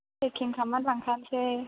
पेकिं खामनानै लांखानोसै